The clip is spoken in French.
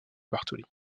bartoli